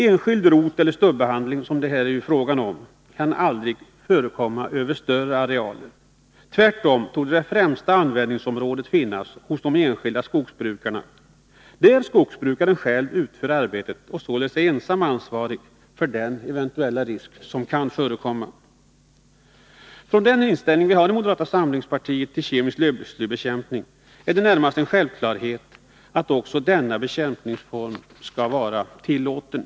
Enskild roteller stubbehandling, som det är frågan om, kan ju aldrig förekomma över större arealer. Tvärtom torde det främsta användningsområdet finnas hos de enskilda skogsbrukarna, där skogsbrukaren själv utför arbetet och således ensam är ansvarig för den eventuella risk som kan förekomma. Med den inställning vi i moderata samlingspartiet har till kemisk lövslybekämpning är det närmast en självklarhet att också denna bekämpningsform skall vara tillåten.